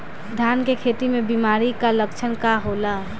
धान के खेती में बिमारी का लक्षण का होला?